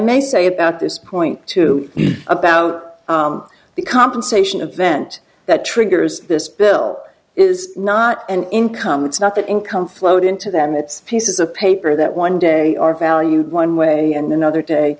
may say about this point to you about the compensation a vent that triggers this bill is not an income it's not that income flowed into them it's pieces of paper that one day are valued one way and another day